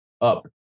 Up